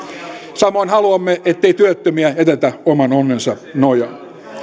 samoin haluamme ettei työttömiä jätetä oman onnensa nojaan